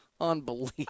Unbelievable